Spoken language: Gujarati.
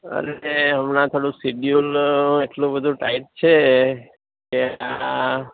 અરે હમણાં થોડુ શિડ્યુલ એટલું બધું ટાઇટ છે કે આ